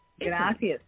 gracias